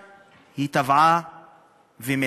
היא טבעה ומתה,